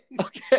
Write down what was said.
Okay